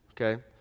Okay